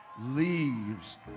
leaves